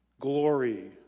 glory